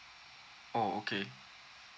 oh okay